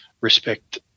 respect